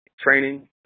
Training